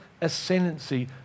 ascendancy